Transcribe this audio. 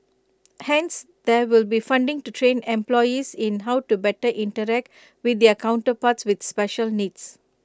hence there will be funding to train employees in how to better interact with their counterparts with special needs